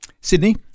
Sydney